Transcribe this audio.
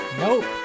nope